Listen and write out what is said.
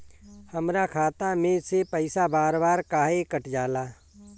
हमरा खाता में से पइसा बार बार काहे कट जाला?